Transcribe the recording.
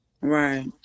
Right